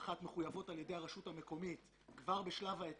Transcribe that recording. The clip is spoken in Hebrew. מחויבות על ידי הרשות המקומית להסביר